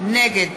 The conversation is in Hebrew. נגד